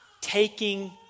taking